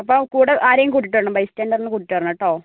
അപ്പോൾ കൂടെ ആരെങ്കിലും കൂട്ടീട്ട് വേണം ബെസ്റ്റാൻറ്ററിനെ കൂട്ടീട്ട് വരണം കേട്ടോ